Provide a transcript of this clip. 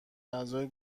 اعضای